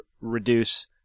reduce